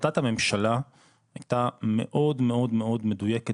החלטת הממשלה הייתה מאוד מאוד מדויקת